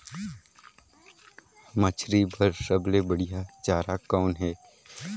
मछरी बर सबले बढ़िया चारा कौन हे?